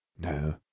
No